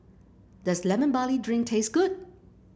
does Lemon Barley Drink taste good